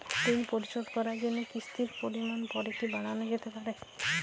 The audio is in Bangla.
ঋন পরিশোধ করার জন্য কিসতির পরিমান পরে কি বারানো যেতে পারে?